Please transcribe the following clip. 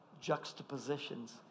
juxtapositions